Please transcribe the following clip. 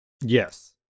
Yes